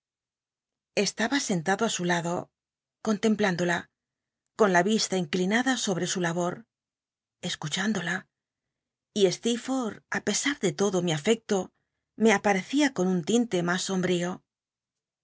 estaba sentado ti su lado contempl indola con la vista inclinada sobre su labor escuchándola y stccrfolh ü pe ar de todo mi afecto me a aecia con un linte mas